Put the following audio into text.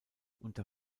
unter